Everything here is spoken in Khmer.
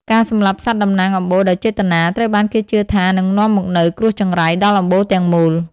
ការសម្លាប់សត្វតំណាងអំបូរដោយចេតនា ត្រូវបានគេជឿថានឹងនាំមកនូវ "គ្រោះចង្រៃ" ដល់អំបូរទាំងមូល។